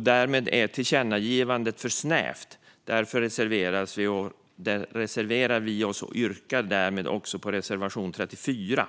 Därmed är tillkännagivandet för snävt, och därför reserverar vi oss. Jag yrkar bifall till reservation 34.